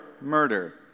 murder